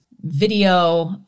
video